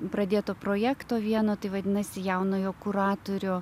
pradėto projekto vieno tai vadinasi jaunojo kuratorio